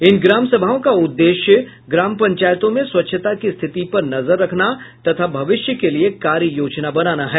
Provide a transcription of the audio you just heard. इन ग्राम सभाओं का उद्देश्य ग्राम पंचायतों में स्वच्छता की स्थिति पर नजर रखना तथा भविष्य के लिए कार्ययोजना बनाना है